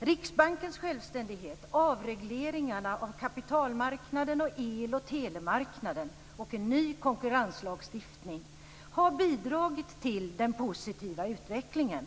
Riksbankens självständighet, avregleringarna av kapitalmarknaden och el och telemarknaden och en ny konkurrenslagstiftning har bidragit till den positiva utvecklingen.